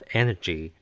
energy